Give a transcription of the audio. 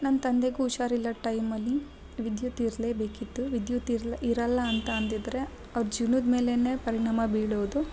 ನನ್ನ ತಂದೆಗೂ ಹುಷಾರಿಲ್ಲದ ಟೈಮಲ್ಲಿ ವಿದ್ಯುತ್ ಇರಲೇ ಬೇಕಿತ್ತು ವಿದ್ಯುತ್ ಇರ್ಲ್ ಇರಲ್ಲ ಅಂತ ಅಂದಿದ್ದರೆ ಅವ್ರ ಜೀವ್ನದ ಮೇಲೇ ಪರಿಣಾಮ ಬೀಳೋದು